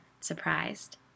surprised